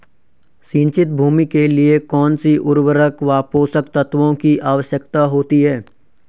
सिंचित भूमि के लिए कौन सी उर्वरक व पोषक तत्वों की आवश्यकता होती है?